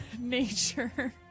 nature